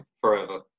forever